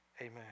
Amen